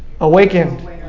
awakened